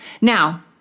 Now